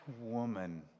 woman